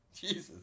Jesus